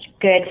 good